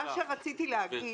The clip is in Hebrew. מה שרציתי להגיד,